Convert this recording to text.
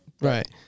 Right